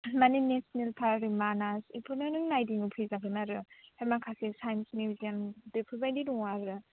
माने national park Manas बेफोरनो नायदिंनो फैजागोन आरो ओमफ्राय माखासे साइन्स मिउजियाम बेफोरबायदि दङ आरो